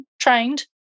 trained